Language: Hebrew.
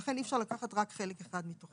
ולכן אי אפשר לקחת רק חלק אחד מתוכם.